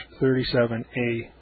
37A